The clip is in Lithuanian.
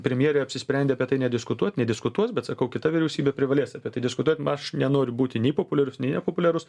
premjerė apsisprendė apie tai nediskutuot nediskutuos bet sakau kita vyriausybė privalės apie tai diskutuot aš nenoriu būti nei populiarus nei nepopuliarus